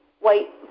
white